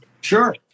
Sure